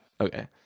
Okay